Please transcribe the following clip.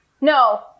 no